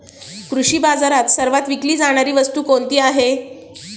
कृषी बाजारात सर्वात विकली जाणारी वस्तू कोणती आहे?